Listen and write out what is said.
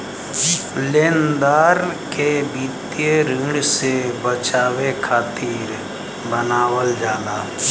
लेनदार के वित्तीय ऋण से बचावे खातिर बनावल जाला